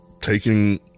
taking